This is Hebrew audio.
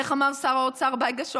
איך אמר שר האוצר בייגה שוחט?